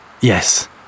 yes